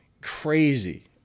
crazy